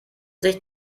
sich